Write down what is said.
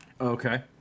Okay